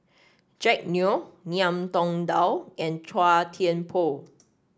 Jack Neo Ngiam Tong Dow and Chua Thian Poh